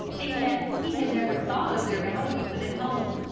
and yet he had never thought of their value when at home.